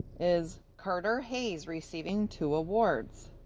is carter hayes, receiving two awards.